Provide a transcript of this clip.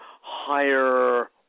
higher